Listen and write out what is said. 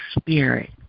spirit